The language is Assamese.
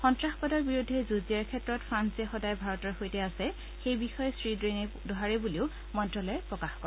সন্ত্ৰাসবাদৰ বিৰুদ্ধে যুঁজ দিয়াৰ ক্ষেত্ৰত ফ্ৰাল যে সদায় ভাৰতৰ সৈতে আছে সেই বিষয়ে শ্ৰীড়েইনে দোহাৰে বুলিও মন্ত্যালয়ে প্ৰকাশ কৰে